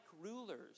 rulers